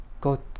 go